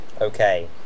Okay